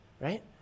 right